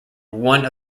one